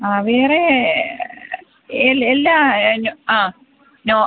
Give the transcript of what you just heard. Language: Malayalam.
ആ വേറേ എല്ലാ അതിന് ആ നോ